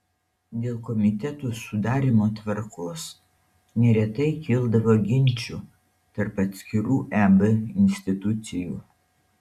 dėl komitetų sudarymo tvarkos neretai kildavo ginčų tarp atskirų eb institucijų